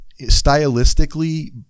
stylistically